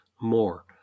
more